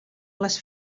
les